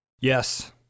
Yes